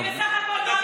מה אמרתי, בסך הכול?